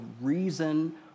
reason